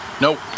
Nope